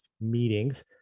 meetings